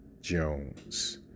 Jones